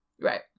Right